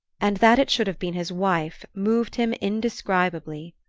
and that it should have been his wife moved him indescribably.